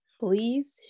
Please